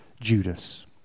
Judas